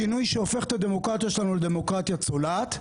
שינוי שהופך את הדמוקרטיה שלנו לדמוקרטיה צולעת.